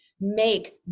make